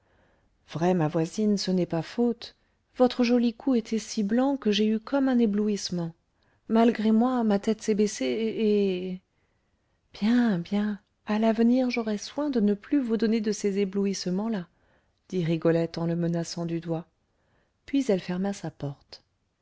vrai ma voisine ce n'est pas faute votre joli cou était si blanc que j'ai eu comme un éblouissement malgré moi ma tête s'est baissée et bien bien à l'avenir j'aurai soin de ne plus vous donner de ces éblouissements là dit rigolette en le menaçant du doigt puis elle ferma sa porte